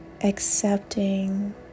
accepting